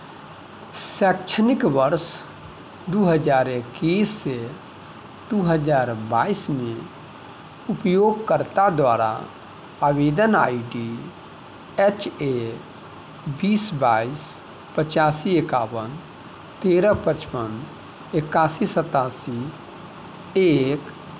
शैक्षणिक वर्ष दू हजार एकैससँ दू हजार बाइसमे उपयोगकर्ता द्वारा आवेदन आई डी एच ए बीस बाइस पचासी एकाबन तेरह पचपन एकासी सतासी एक